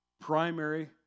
primary